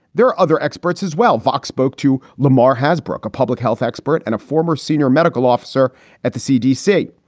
there are other experts as well. fox spoke to lamar hasbrouck, a public health expert and a former senior medical officer at the cdc.